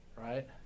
right